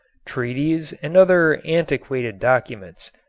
treaties and other antiquated documents.